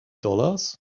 dollars